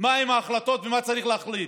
מהן ההחלטות ומה צריך להחליט.